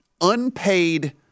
unpaid